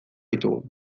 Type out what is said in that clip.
ditugu